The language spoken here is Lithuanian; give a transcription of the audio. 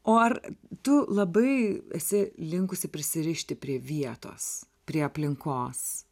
o ar tu labai esi linkusi prisirišti prie vietos prie aplinkos